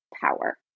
power